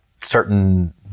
certain